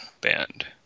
band